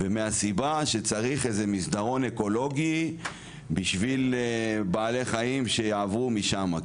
ומהסיבה שצריך איזה מסדרון אקולוגי בשבי לבעלי חיים שיעברו משם.